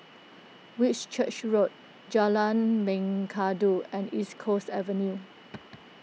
Whitchurch Road Jalan Mengkudu and East Coast Avenue